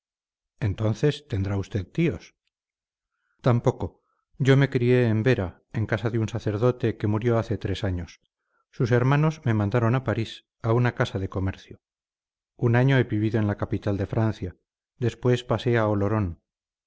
entonces tendrá usted tíos tampoco yo me crié en vera en casa de un sacerdote que murió hace tres años sus hermanos me mandaron a parís a una casa de comercio un año he vivido en la capital de francia después pasé a olorón